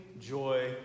joy